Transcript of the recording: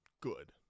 good